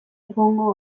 egongo